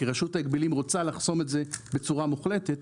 כי רשות ההגבלים רוצה לחסום את זה בצורה מוחלטת,